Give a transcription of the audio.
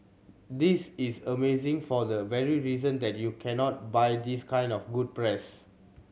this is amazing for the very reason that you cannot buy this kind of good press